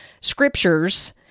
scriptures